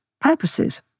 purposes